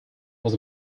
was